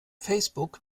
facebook